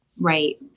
Right